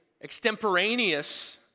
extemporaneous